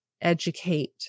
educate